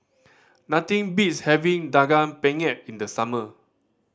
nothing beats having Daging Penyet in the summer